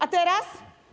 A teraz?